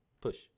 Push